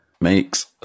Makes